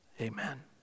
Amen